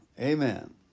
Amen